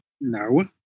No